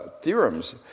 theorems